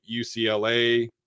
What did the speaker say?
UCLA